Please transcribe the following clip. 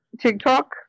TikTok